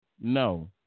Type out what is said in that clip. no